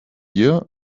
year